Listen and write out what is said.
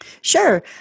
Sure